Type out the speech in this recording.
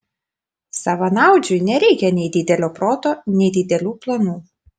savanaudžiui nereikia nei didelio proto nei didelių planų